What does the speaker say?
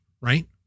right